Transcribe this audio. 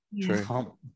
true